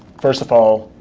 first of all,